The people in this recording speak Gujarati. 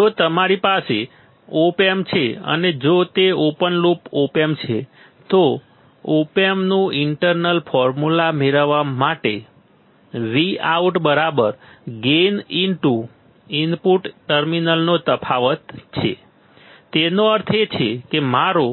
જો તમારી પાસે ઓપ એમ્પ છે અને જો તે ઓપન લૂપ ઓપ એમ્પ છે તો ઓપ એમ્પનું ઇન્ટર્નલ ફોર્મ્યુલા મેળવવા માટે Vout બરાબર ગેઇન ઇન્ટુ ઇનપુટ ટર્મિનલ્સનો તફાવત છે તેનો અર્થ એ છે કે મારો